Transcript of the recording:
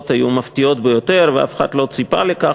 היו מפתיעות ביותר ואף אחד לא ציפה לכך.